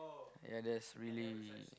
yeah that's really